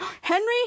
Henry